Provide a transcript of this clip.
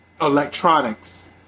electronics